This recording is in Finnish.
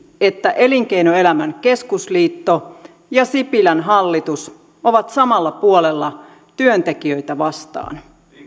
että elinkeinoelämän keskusliitto ja sipilän hallitus ovat samalla puolella työntekijöitä vastaan